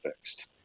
fixed